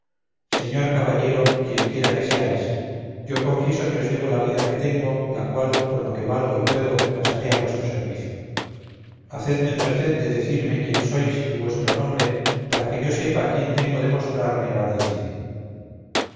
señor caballero quienquiera que seáis yo confieso que os debo la vida que tengo la cual con lo que valgo y puedo gastaré a vuestro servicio hacedme merced de decirme quién sois y vuestro nombre para que yo sepa a quién tengo de mostrarme agradecido